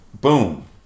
Boom